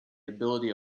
ability